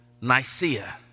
Nicaea